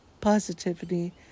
Positivity